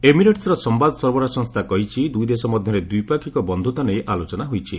ଏମିରେଟ୍ର ସମ୍ଭାଦ ସରବରାହ ସଂସ୍ଥା କହିଛି ଦୁଇଦେଶ ମଧ୍ୟରେ ଦ୍ୱିପାକ୍ଷିକ ବନ୍ଧୁତା ନେଇ ଆଲୋଚନା ହୋଇଛି